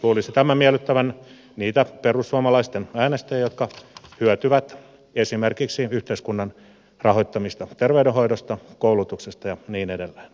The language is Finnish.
luulisi tämän miellyttävän niitä perussuomalaisten äänestäjiä jotka hyötyvät esimerkiksi yhteiskunnan rahoittamista terveydenhoidosta koulutuksesta ja niin edelleen